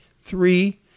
three